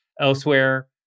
elsewhere